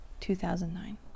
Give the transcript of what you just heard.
2009